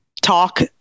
talk